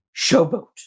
showboat